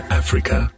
africa